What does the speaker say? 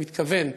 אני מתכוון,